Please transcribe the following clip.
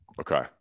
Okay